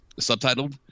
subtitled